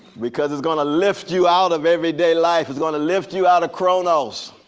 because it's going to lift you out of everyday life. it's going to lift you out of kronos,